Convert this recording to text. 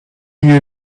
you